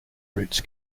routes